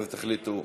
אתם תחליטו,